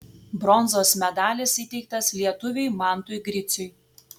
bronzos medalis įteiktas lietuviui mantui griciui